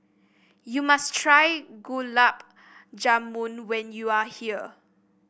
you must try Gulab Jamun when you are here